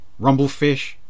Rumblefish